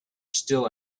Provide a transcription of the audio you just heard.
still